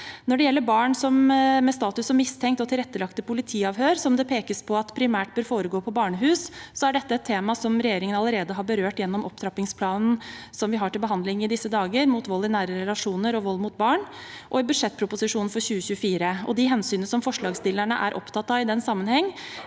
Når det gjelder barn med status som mistenkt og tilrettelagte politiavhør, som det pekes på at primært bør foregå på barnehus, er dette et tema som regjeringen allerede har berørt gjennom opptrappingsplanen mot vold og overgrep mot barn og vold i nære relasjoner, som vi har til behandling i disse dager, og i budsjettproposisjonen for 2024. De hensynene som forslagsstillerne er opptatt av i den sammenheng,